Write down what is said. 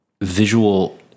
visual